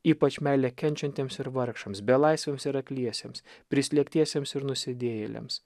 ypač meilę kenčiantiems ir vargšams belaisviams ir akliesiems prislėgtiesiems ir nusidėjėliams